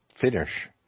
finish